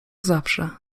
zawsze